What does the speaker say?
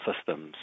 systems